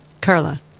Carla